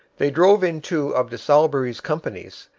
they drove in two of de salaberry's companies,